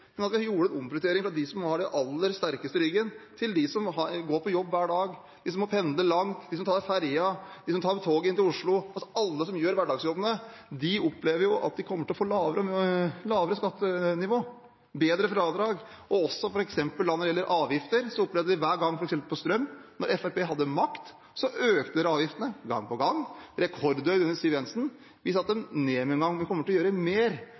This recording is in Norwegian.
Vi gjorde en omprioritering fra dem som har den aller sterkeste ryggen, til dem som går på jobb hver dag, de som må pendle langt, de som tar ferje, de som tar tog inn til Oslo. Alle som gjør hverdagsjobbene, opplever at de kommer til å få lavere skattenivå og bedre fradrag. Når det gjelder avgifter, opplevde vi hver gang, f.eks. på strøm, at når Fremskrittspartiet hadde makt, økte de avgiftene gang på gang. De var rekordhøye under Siv Jensen. Vi satte dem ned med en gang. Vi kommer til å gjøre mer,